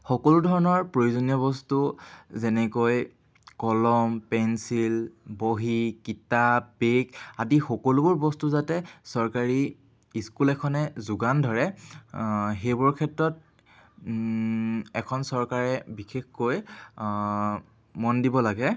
সকলো ধৰণৰ প্ৰয়োজনীয় বস্তু যেনেকৈ কলম পেঞ্চিল বহী কিতাপ বেগ আদি সকলোবোৰ বস্তু যাতে চৰকাৰে স্কুল এখনে যোগান ধৰে সেইবোৰৰ ক্ষেত্ৰত এখন চৰকাৰে বিশেষকৈ মন দিব লাগে